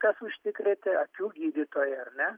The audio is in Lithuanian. kas užsikrėtė akių gydytoja ar ne